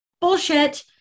Bullshit